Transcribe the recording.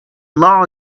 law